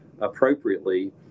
appropriately